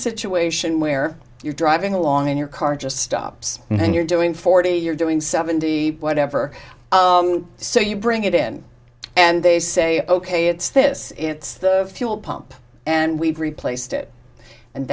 situation where you're driving along in your car just stops and you're doing forty you're doing seventy whatever so you bring it in and they say ok it's this it's the fuel pump and we've replaced it and